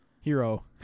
Hero